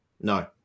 No